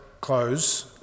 close